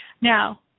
Now